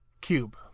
cube